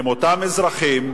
עם אותם אזרחים,